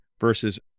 versus